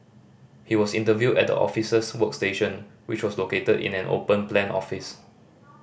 he was interviewed at the officers workstation which was located in an open plan office